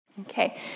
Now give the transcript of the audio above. Okay